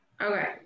okay